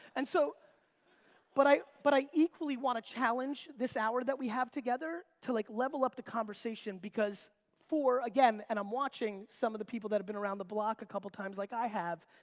and so but i but i equally wanna challenge this hour we have together to, like, level up the conversation because for, again, and i'm watching some of the people that have been around the block a couple times like i have.